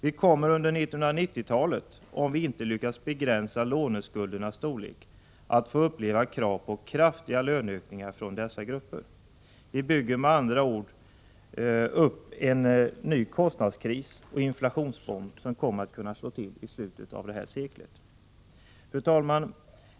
Vi kommer under 1990-talet, om vi inte lyckas begränsa låneskuldernas storlek, att få uppleva krav på kraftiga löneökningar från dessa grupper. Vi bygger med andra ord upp en ny kostnadskris och inflationsbomb som kommer att kunna slå till i slutet av detta sekel. Fru talman!